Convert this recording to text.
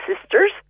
sisters